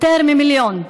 יותר ממיליון.